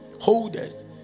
holders